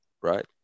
right